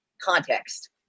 context